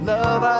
Love